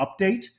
Update